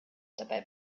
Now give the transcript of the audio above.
dabei